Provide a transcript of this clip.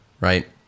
right